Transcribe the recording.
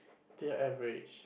they are average